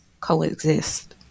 coexist